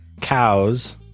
Cows